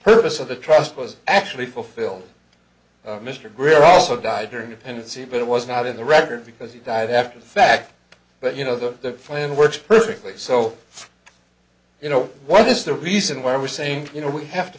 purpose of the trust was actually fulfilled mr greer also died during the pendency but it was not in the record because he died after the fact but you know the plan works perfectly so you know what is the reason why we're saying you know we have to